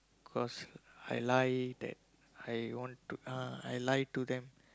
cause I lie that I want to I lie to them